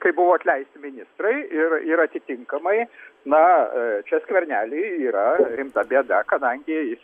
kaip buvo atleisti ministrai ir ir atitinkamai na čia skverneliui yra rimta bėda kadangi jis